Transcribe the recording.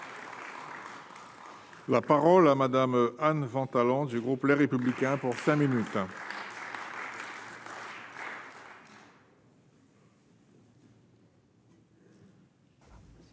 La parole à Madame Anne ventes allant du groupe Les Républicains pour 5 minutes.